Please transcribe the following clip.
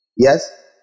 Yes